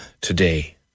today